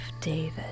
David